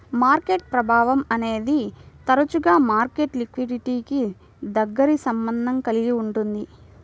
market ప్రభావం అనేది తరచుగా మార్కెట్ లిక్విడిటీకి దగ్గరి సంబంధం కలిగి ఉంటుంది